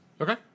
Okay